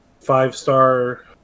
five-star